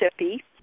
Mississippi